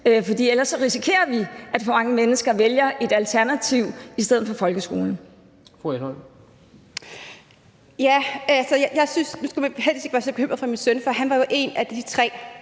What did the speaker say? for ellers risikerer vi, at for mange mennesker vælger et alternativ i stedet for at vælge folkeskolen.